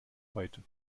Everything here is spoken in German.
heute